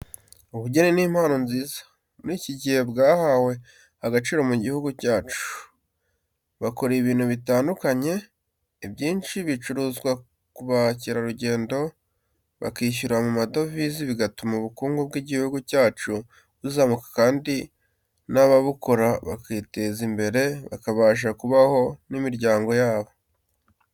Ubugeni ni impano nziza, muri iki gihe bwahawe agaciro mu gihugu cyacu, bakora ibintu bitandukanye, ibyinshi bicuruzwa ku ba kerarugendo bakishyura mu madevize bigatuma ubukungu bw'igihugu cyacu buzamuka kandi n'ababukora bukabateza imbere bakabasha kubaho n'imiryango yabo.